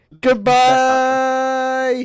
Goodbye